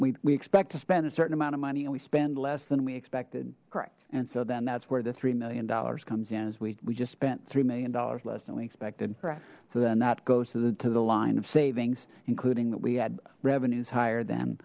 so we expect to spend a certain amount of money and we spend less than we expected correct and so then that's where the three million dollars comes in as we just spent three million dollars less than we expected correct so then that goes to the line of savings including that we had revenues higher th